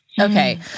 Okay